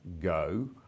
go